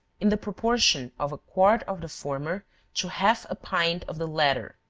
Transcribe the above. in the proportion of a quart of the former to half a pint of the latter.